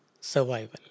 survival